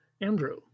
Andrew